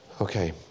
Okay